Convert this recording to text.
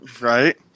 Right